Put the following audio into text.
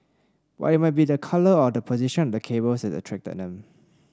but it might be the colour or the position of the cables that's attracted them